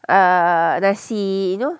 uh nasi you know